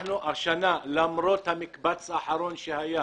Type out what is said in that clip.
השנה, למרות המקבץ האחרון שהיה